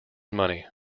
money